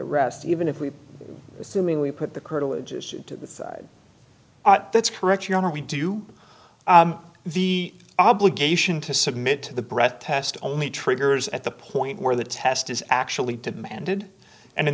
arrest even if we assuming we put the curtilage just to the side that's correct your honor we do the obligation to submit to the breath test only triggers at the point where the test is actually demanded and in